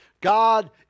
God